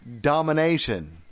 domination